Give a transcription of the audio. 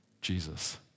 Jesus